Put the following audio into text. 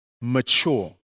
mature